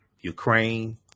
Ukraine